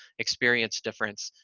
experience difference,